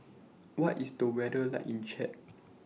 What IS The weather like in Chad